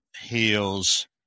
heals